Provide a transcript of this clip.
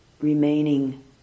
remaining